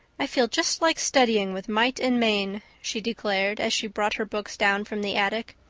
i feel just like studying with might and main, she declared as she brought her books down from the attic.